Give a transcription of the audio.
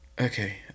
okay